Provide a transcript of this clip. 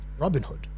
Robinhood